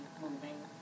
moving